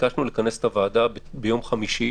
ביקשנו לכנס את הוועדה ביום חמישי